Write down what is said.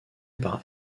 par